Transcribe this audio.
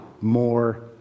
more